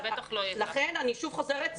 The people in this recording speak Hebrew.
לכן אני שוב אומרת,